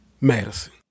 Madison